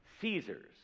Caesars